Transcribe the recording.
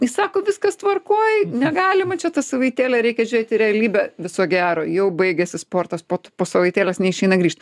jis sako viskas tvarkoj negalima čia tą savaitėlę reikia žiūrėt į realybę viso gero jau baigiasi sportas pot po savaitėlės neišeina grįžt